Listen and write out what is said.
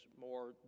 more